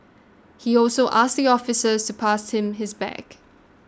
he also asked your officers to pass him his bag